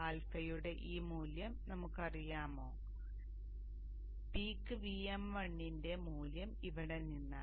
α യുടെ ഈ മൂല്യം നമുക്ക് അറിയാമോ പീക്ക് Vm1 ന്റെ ഈ മൂല്യം ഇവിടെ നിന്നാണ്